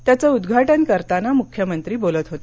त्याचं उद्घाटन करताना मुख्यमंत्री बोलत होते